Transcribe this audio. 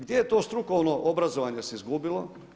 Gdje je to strukovno obrazovanje se izgubilo?